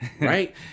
Right